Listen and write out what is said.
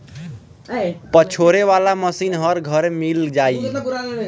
पछोरे वाला मशीन हर घरे मिल जाई